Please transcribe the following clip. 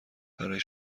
برای